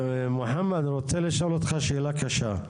מוחמד, אני רוצה לשאול אותך שאלה קשה.